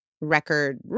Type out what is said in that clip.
record